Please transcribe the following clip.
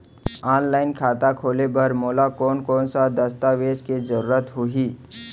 Online खाता खोले बर मोला कोन कोन स दस्तावेज के जरूरत होही?